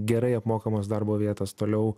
gerai apmokamos darbo vietos toliau